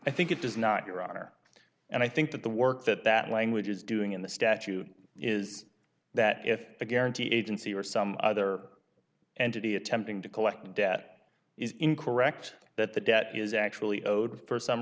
i think it does not your honor and i think that the work that that language is doing in the statute is that if the guarantee agency or some other entity attempting to collect debt is incorrect that the debt is actually owed for some